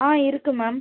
ஆ இருக்குது மேம்